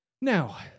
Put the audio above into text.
Now